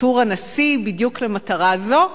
עיטור הנשיא בדיוק למטרה זו.